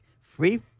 free